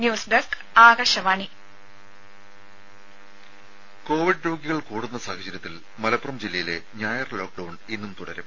news desk Akashvani രും Covid രോഗികൾ കൂടുന്ന സാഹചര്യത്തിൽ മലപ്പുറം ജില്ലയിലെ ഞായർ ലോക്ഡൌൺ ഇന്നും തുടരും